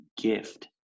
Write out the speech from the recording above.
gift